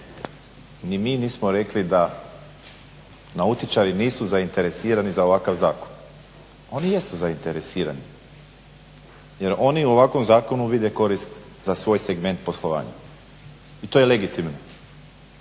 ni mi nismo rekli da nautičari nisu zainteresirani za ovakav zakon. Oni jesu zainteresirani jer oni u ovakvom zakonu vide korist za svoj segment poslovanja. I to je legitimno.